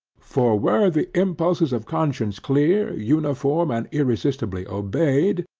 for were the impulses of conscience clear, uniform, and irresistibly obeyed,